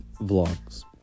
vlogs